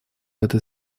этой